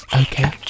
Okay